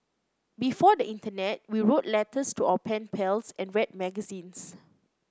before the internet we wrote letters to our pen pals and read magazines